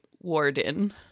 Warden